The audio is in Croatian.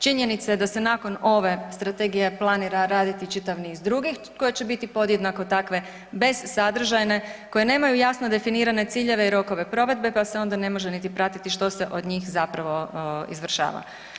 Činjenica je da se nakon ove strategije planira raditi čitav niz drugih koje će biti podjednako takve bez sadržajne, koje nemaju jasno definirane ciljeve rokove provedbe pa se onda ne može niti pratiti što se od njih zapravo izvršava.